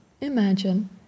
imagine